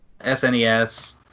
SNES